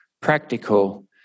practical